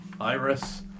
Iris